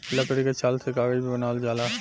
लकड़ी के छाल से कागज भी बनावल जाला